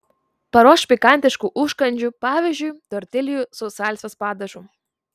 paruošk pikantiškų užkandžių pavyzdžiui tortiljų su salsos padažu